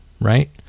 right